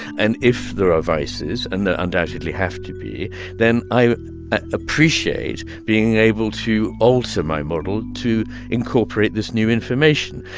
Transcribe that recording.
and if there are vices and there undoubtedly have to be then i appreciate being able to alter my model to incorporate this new information.